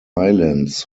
islands